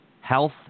health